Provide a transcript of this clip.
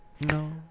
no